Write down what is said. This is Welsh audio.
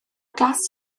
glas